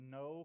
no